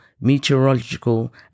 meteorological